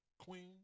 queen